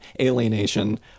alienation